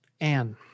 Anne